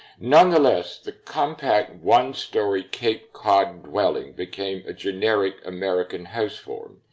nonetheless, the compact one-story cape cod dwelling became a generic american house form.